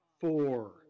four